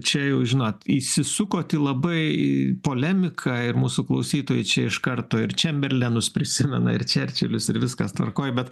čia jau žinot įsisukot į labai į polemiką ir mūsų klausytojai čia iš karto ir čemberlenus prisimena ir čerčilius ir viskas tvarkoj bet